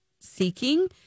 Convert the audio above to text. seeking